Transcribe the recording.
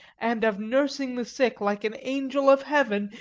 and of nursing the sick like an angel of heaven,